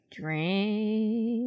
Drink